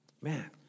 man